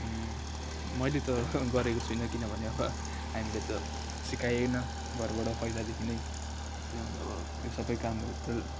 मैले त गरेको छुइनँ किनभने हामीले त सिकाइएन घरबाट पहिलादेखि नै किनभने अब त्यो सबै कामहरू त